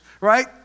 right